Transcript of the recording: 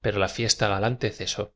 pero la fiesta galante cesó